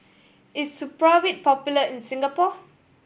is Supravit popular in Singapore